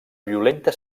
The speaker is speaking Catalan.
violenta